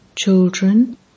Children